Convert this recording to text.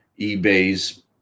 eBay's